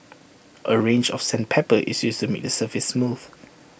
A range of sandpaper is used to make the surface smooth